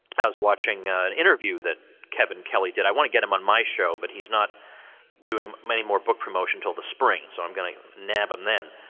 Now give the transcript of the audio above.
i was watching an interview that kevin kelly did. i want to get him on my show, but he's not doing any more book promotion til the spring, so i'm gonna nab him then.